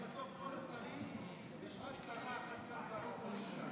אם בסוף מכל השרים יש רק שרה אחת כאן במשכן?